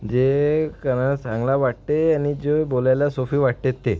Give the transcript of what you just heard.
जे कानाला चांगलं वाटते आणि जे बोलायला सोपी वाटते ते